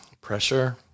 pressure